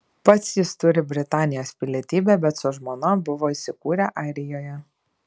pats jis turi britanijos pilietybę bet su žmona buvo įsikūrę airijoje